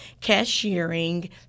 cashiering